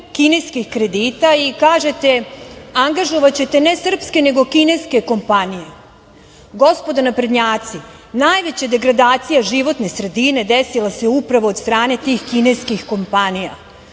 kineskih kredita i kažete – angažovaćete ne srpske, nego kineske kompanije. Gospodo naprednjaci, najveća degradacija životne sredine desila se upravo od strane tih kineskih kompanija.